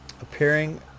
Appearing